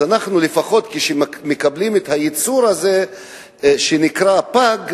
אז לפחות כשאנחנו מקבלים את היצור הזה שנקרא פג,